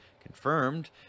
confirmed